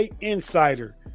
Insider